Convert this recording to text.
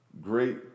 Great